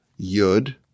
Yud